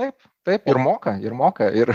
taip taip ir moka ir moka ir